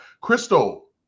Crystal